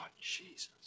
Jesus